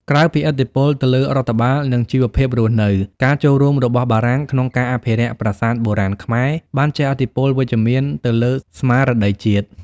ក្រៅពីឥទ្ធិពលទៅលើរដ្ឋបាល និងជីវភាពរស់នៅ ការចូលរួមរបស់បារាំងក្នុងការអភិរក្សប្រាសាទបុរាណខ្មែរ បានជះឥទ្ធិពលវិជ្ជមានទៅលើស្មារតីជាតិ។